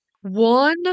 one